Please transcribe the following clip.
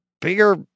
bigger